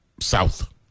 south